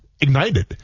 ignited